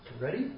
Ready